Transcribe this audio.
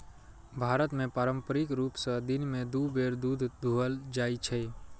भारत मे पारंपरिक रूप सं दिन मे दू बेर दूध दुहल जाइ छै